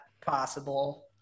possible